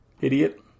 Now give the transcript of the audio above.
Idiot